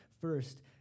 First